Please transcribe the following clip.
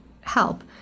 help